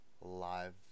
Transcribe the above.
live